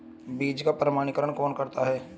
बीज का प्रमाणीकरण कौन करता है?